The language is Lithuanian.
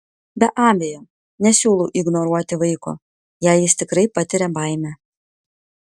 be abejo nesiūlau ignoruoti vaiko jei jis tikrai patiria baimę